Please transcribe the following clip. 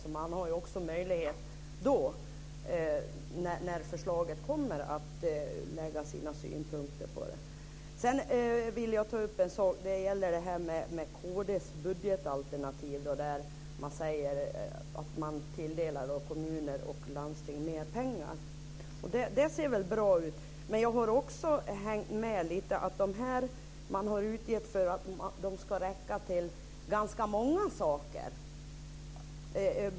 När förslaget kommer har man alltså möjlighet att framföra sina synpunkter på det. Kristdemokraterna säger i sitt budgetalternativ att de vill tilldela kommuner och landsting mer pengar. Och det ser väl bra ut. Men jag har hängt med lite grann, och kristdemokraterna har sagt att dessa pengar ska räcka till ganska många saker.